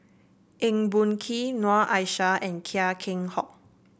Eng Boh Kee Noor Aishah and Chia Keng Hock